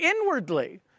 inwardly